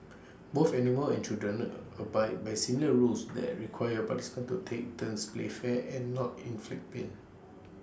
both animals and children abide by similar rules that require participants to take turns play fair and not inflict pain